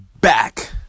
back